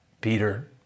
Peter